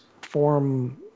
form